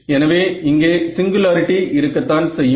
எனவே இங்கே சிங்குலாரிட்டி இருக்கத்தான் செய்யும்